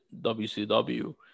WCW